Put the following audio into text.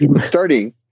starting